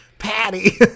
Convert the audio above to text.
Patty